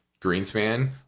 Greenspan